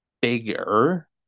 bigger